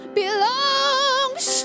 belongs